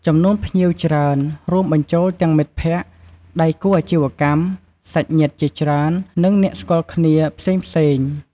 ចំនួនភ្ញៀវច្រើន រួមបញ្ចូលទាំងមិត្តភក្តិ ដៃគូអាជីវកម្ម សាច់ញាតិជាច្រើន និងអ្នកស្គាល់គ្នាផ្សេងៗ។